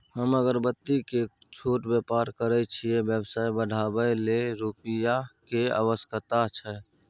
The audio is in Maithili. हम अगरबत्ती के छोट व्यापार करै छियै व्यवसाय बढाबै लै रुपिया के आवश्यकता छै?